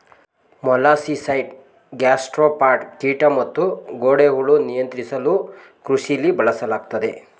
molluscicide gastropod ಕೀಟ ಮತ್ತುಗೊಂಡೆಹುಳು ನಿಯಂತ್ರಿಸಲುಕೃಷಿಲಿ ಬಳಸಲಾಗ್ತದೆ